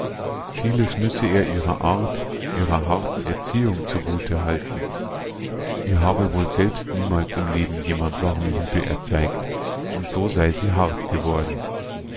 vieles müsse er ihrer art ihrer harten erziehung zugute halten ihr habe wohl selbst niemals im leben jemand warme liebe erzeigt und so sei sie hart geworden